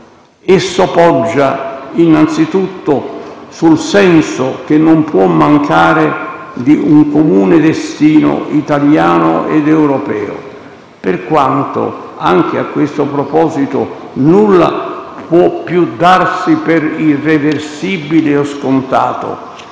Esso poggia innanzitutto sul senso, che non può mancare, di un comune destino italiano ed europeo. Per quanto, anche a questo proposito, nulla può più darsi per irreversibile o scontato.